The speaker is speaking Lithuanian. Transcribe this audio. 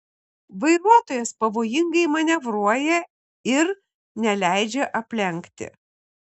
vairuotojas pavojingai manevruoja ir neleidžia aplenkti